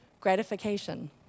gratification